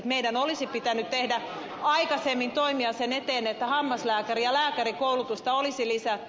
meidän olisi pitänyt tehdä aikaisemmin toimia sen eteen että hammaslääkäri ja lääkärikoulutusta olisi lisätty